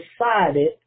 decided